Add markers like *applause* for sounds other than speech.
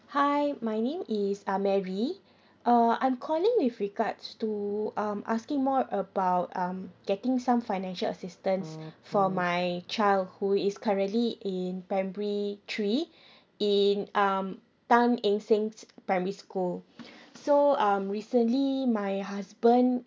hi my name is uh mary uh I'm calling with regards to um asking more about um getting some financial assistance for my child who is currently in primary three *breath* in um tan eng sengs primary school *breath* so um recently my husband